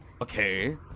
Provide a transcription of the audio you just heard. Okay